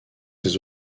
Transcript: ses